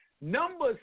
Number